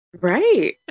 Right